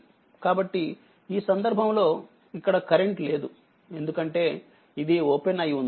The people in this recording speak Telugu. కాబట్టిఈ సందర్భంలోఇక్కడ కరెంట్ లేదుఎందుకంటే ఇదిఓపెన్ అయి ఉంది